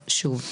שוב,